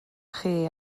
chi